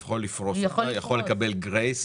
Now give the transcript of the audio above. יכול לפרוס אותה, יכול לקבל גרייס.